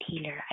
healer